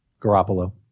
Garoppolo